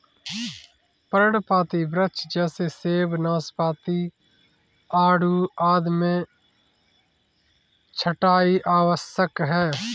पर्णपाती वृक्ष जैसे सेब, नाशपाती, आड़ू आदि में छंटाई आवश्यक है